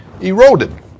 eroded